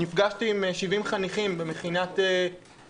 נפגשתי בדרום תל אביב עם 70 חניכים ממכינת העמק,